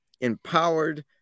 empowered